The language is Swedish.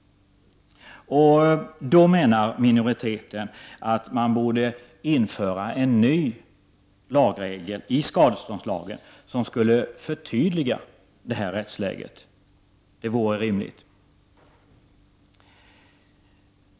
Minoriteten menar att man borde införa en ny lagregel i skadeståndslagen som skulle förtydliga detta rättsläge. Det vore rimligt.